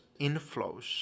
inflows